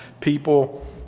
people